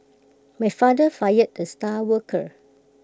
my father fired the star worker